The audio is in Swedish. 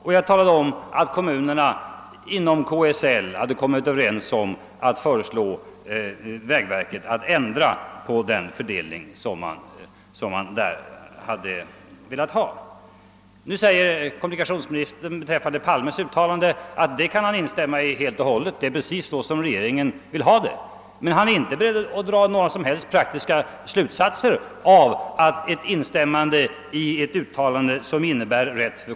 Men jag talade också om att kommunerna inom KSL hade kommit överens om att föreslå vägverket att ändra på verkets fördelning. Nu säger kommunikationsministern beträffande herr Palmes uttalande, att detta kan han instämma i helt och hållet; det är precis så som regeringen vill ha det. Men han är inte beredd att dra några som helst praktiska slutsatser av detta instämmande.